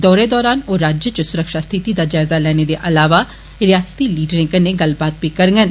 दौरे दौरान ओ राज्य च सुरक्षा स्थिति दा जायज़ा लैने दे अलावा सियासी लीडरें कन्नै गल्लबात बी करगन